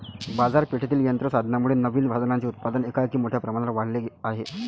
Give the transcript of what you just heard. बाजारपेठेतील यंत्र साधनांमुळे नवीन साधनांचे उत्पादन एकाएकी मोठ्या प्रमाणावर वाढले आहे